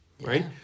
right